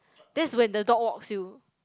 that's when the dog walks you